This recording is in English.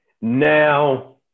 Now